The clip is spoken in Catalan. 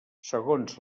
segons